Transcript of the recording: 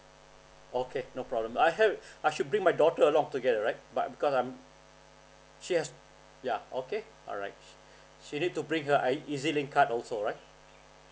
okay no problem I heard I should bring my daughter along together right but because I'm she has yeah okay alright she need to bring her i~ ezlink card also right